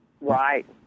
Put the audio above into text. Right